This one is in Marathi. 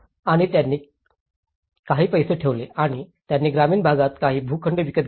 आणि त्यांनी काही पैसे ठेवले आणि त्यांनी ग्रामीण भागात काही भूखंड विकत घेतले